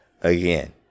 again